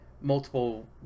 multiple